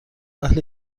اهل